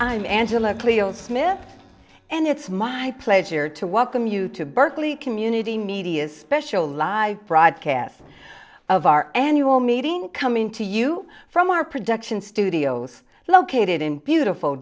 i'm angela cleo smith and it's my pleasure to welcome you to berkeley community media's special live broadcast of our annual meeting coming to you from our production studios located in beautiful